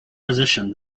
position